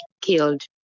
killed